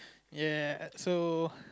ya so